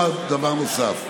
דבר נוסף.